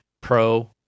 Pro